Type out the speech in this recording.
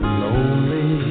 lonely